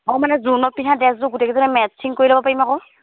অঁ মানে জোৰোণত পিন্ধা ড্ৰেছযোৰ গোটেইকেইজনীয়ে মেটছিং কৰি ল'ব পাৰিম আকৌ